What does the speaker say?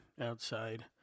outside